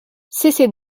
cessez